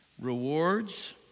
Rewards